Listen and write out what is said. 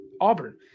Auburn